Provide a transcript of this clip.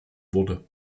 wurde